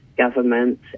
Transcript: government